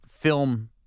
film